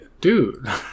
Dude